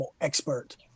expert